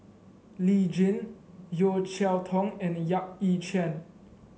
Lee Tjin Yeo Cheow Tong and Yap Ee Chian